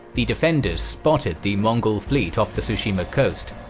the defenders spotted the mongol fleet off the tsushima coast.